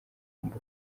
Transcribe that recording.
agomba